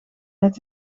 met